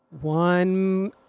one